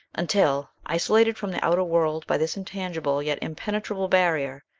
until, isolated from the outer world by this intangible yet impenetrable barrier,